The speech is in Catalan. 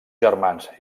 germans